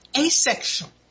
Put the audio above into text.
asexual